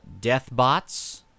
Deathbots